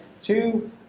two